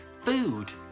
food